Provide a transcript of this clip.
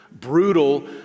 brutal